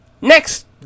Next